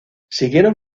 siguieron